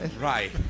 Right